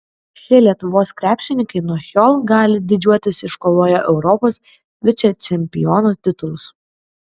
šie lietuvos krepšininkai nuo šiol gali didžiuotis iškovoję europos vicečempionų titulus